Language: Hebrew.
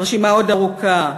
והרשימה עוד ארוכה.